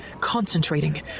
concentrating